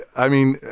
i mean,